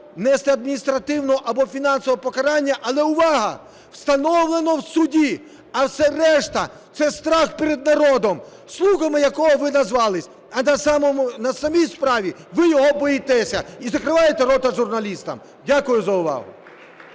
нести адміністративне, або фінансове покарання, але, увага, встановлену в суді. А все решта – це страх перед народом, слугами якого ви назвалися. А на самій справі ви його боїтеся і закриваєте рота журналістам. Дякую за увагу.